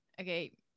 okay